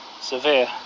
severe